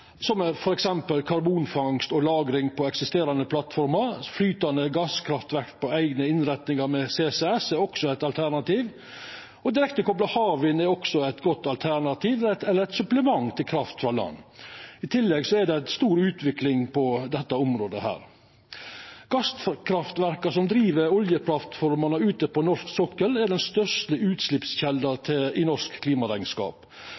som f.eks. karbonfangst og -lagring på eksisterande plattformar. Flytande gasskraftverk på eigne innretningar med CCS er også eit alternativ. Direktekobla havvind er også eit godt alternativ, eller eit supplement til kraft frå land. I tillegg er det ei stor utvikling på dette området. Gasskraftverka som driftar oljeplattformene ute på norsk sokkel, er den største utsleppskjelda i norsk klimarekneskap.